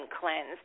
cleanse